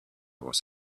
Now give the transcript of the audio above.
was